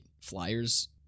flyers